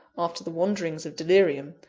after the wanderings of delirium,